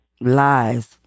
Lies